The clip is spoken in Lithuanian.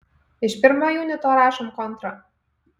iš pirmo junito rašom kontrą